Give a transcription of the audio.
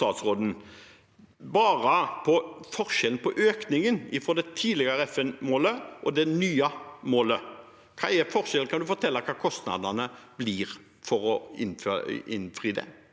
statsråden om forskjellen bare på økningen fra det tidligere FN-målet til det nye målet. Hva er forskjellen? Kan statsråden fortelle hva kostnadene blir for å innfri det?